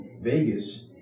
Vegas